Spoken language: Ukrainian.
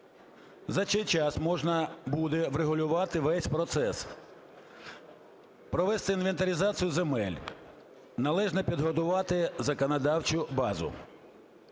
За цей час можна буде врегулювати весь процес: провести інвентаризацію земель, належно підготувати законодавчу базу.